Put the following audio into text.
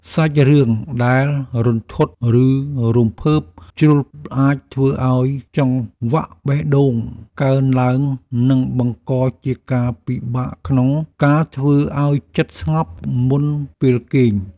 សាច់រឿងដែលរន្ធត់ឬរំភើបជ្រុលអាចធ្វើឱ្យចង្វាក់បេះដូងកើនឡើងនិងបង្កជាការពិបាកក្នុង ការធ្វើឱ្យចិត្តស្ងប់មុនពេលគេង។